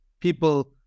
People